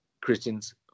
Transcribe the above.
Christians